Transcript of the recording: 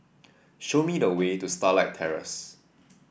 show me the way to Starlight Terrace